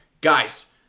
Guys